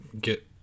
get